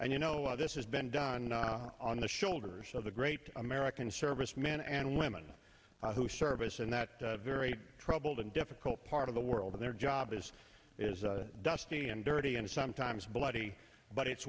and you know this has been done on the shoulders of the great american servicemen and women who service in that very troubled and difficult part of the world in their job this is a dusty and dirty and sometimes bloody but it's